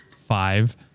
five